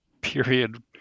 period